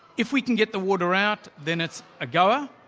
if we can get the water out then it's a goer.